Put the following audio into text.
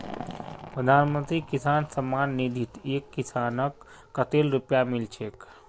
प्रधानमंत्री किसान सम्मान निधित एक किसानक कतेल रुपया मिल छेक